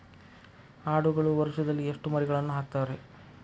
ಆಡುಗಳು ವರುಷದಲ್ಲಿ ಎಷ್ಟು ಮರಿಗಳನ್ನು ಹಾಕ್ತಾವ ರೇ?